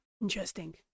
interesting